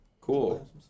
Cool